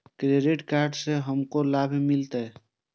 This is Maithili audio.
क्रेडिट कार्ड से हमरो की लाभ मिलते?